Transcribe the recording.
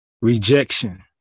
Rejection